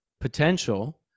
potential